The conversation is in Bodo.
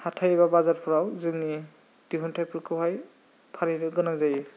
हाथाय एबा बाजारफोराव जोंनि दिहुनथाइफोरखौहाय फानहैनो गोनां जायो